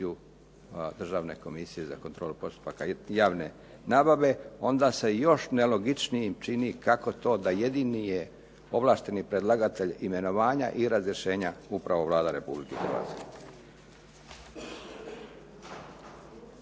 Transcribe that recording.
Državnu komisiju za kontrolu postupaka javne nabave, onda se još nelogičnijim čini kako to da jedini je ovlašteni predlagatelj imenovanja i razrješenja upravo Vlada Republike Hrvatske.